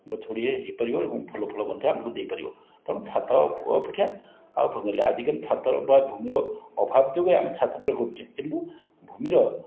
ଗଛଗୁଡ଼ିକ ହେଇପାରିବ ଏବଂ ଫୁଲଫଳ ଆମକୁ ଦେଇପାରିବ ତେଣୁ ଛାତ ଅପେକ୍ଷା ଆଉ ଭୂମିରେ ଆଜିକାଲି ଛାତ ବା ଭୂମିର ଅଭାବ ଯୋଗୁଁ ଆମେ ଛାତ ଉପରେ କରୁଛେ କିନ୍ତୁ ଭୂମିର